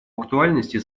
актуальности